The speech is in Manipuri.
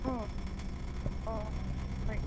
ꯎꯝ ꯑꯣ ꯍꯣꯏ